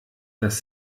das